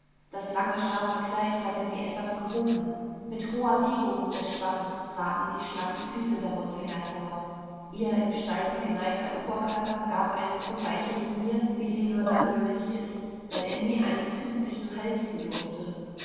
das lange schwarze kleid hatte sie etwas gehoben mit hoher biegung des spanns traten die schlanken füße darunter hervor ihr im steigen geneigter oberkörper gab eine so weiche linie wie sie nur dann möglich ist wenn er nie eines künstlichen halts bedurfte